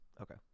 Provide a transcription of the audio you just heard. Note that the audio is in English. Okay